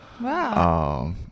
Wow